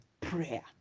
prayer